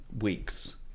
weeks